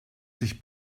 sich